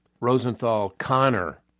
Rosenthal-Connor